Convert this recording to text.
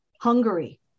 Hungary